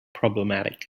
problematic